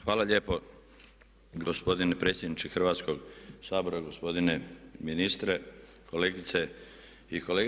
Hvala lijepo gospodine predsjedniče Hrvatskog sabora, gospodine ministre, kolegice i kolege.